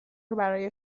برای